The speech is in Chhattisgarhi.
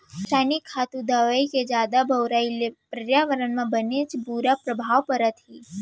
रसायनिक खातू, दवई के जादा बउराई ले परयाबरन म बनेच बुरा परभाव परथे